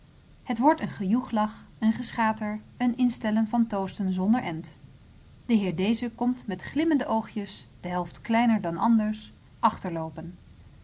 het wordt een gejoechjach een geschater een instellen van toosten zonder end de heer deze komt met glimmende oogjes de helft kleiner dan anders